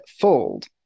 fold